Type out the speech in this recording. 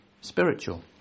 spiritual